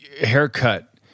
haircut